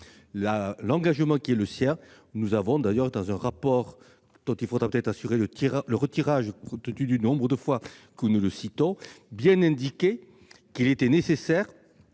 l'engagement qui est le sien. Nous avions d'ailleurs, dans un rapport dont il faudra peut-être assurer le retirage compte tenu de la fréquence à laquelle nous le citons, bien indiqué qu'il était nécessaire